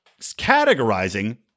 categorizing